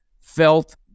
felt